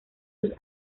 sus